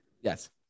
yes